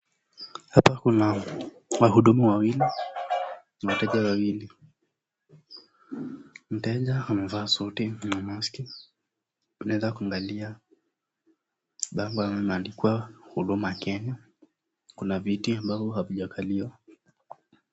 Hapa kuna wahudumu wawili na wateja wawili. Mteja amevaa suti na maski anaweza kuangalia ambapo imeandikwa huduma Kenya, kuna viti ambavyo havijakaliwa.